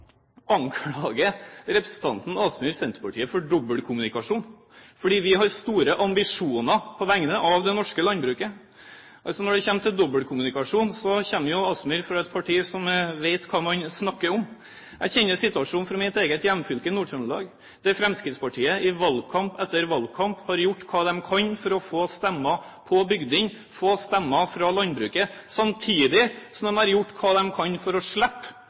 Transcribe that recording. anklager representanten Kielland Asmyhr Senterpartiet for «dobbeltkommunikasjon», fordi vi har store ambisjoner på vegne av det norske landbruket. Når det kommer til «dobbeltkommunikasjon», kommer jo representanten Kielland Asmyhr fra et parti som vet hva man snakker om. Jeg kjenner situasjonen fra mitt eget hjemfylke, Nord-Trøndelag, der Fremskrittspartiet i valgkamp etter valgkamp har gjort hva de har kunnet for å få stemmer på bygdene, få stemmer fra landbruket, samtidig som de har gjort hva de har kunnet for å